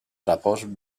repòs